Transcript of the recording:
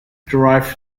derived